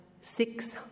six